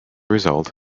result